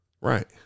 Right